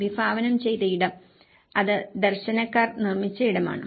വിഭാവനം ചെയ്ത ഇടം അത് ദർശനക്കാർ നിർമ്മിച്ച ഇടമാണ്